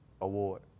Award